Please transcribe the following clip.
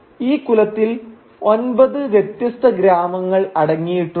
ഈ കുലത്തിൽ ഒമ്പത് വ്യത്യസ്ത ഗ്രാമങ്ങൾ അടങ്ങിയിട്ടുണ്ട്